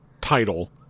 title